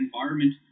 environment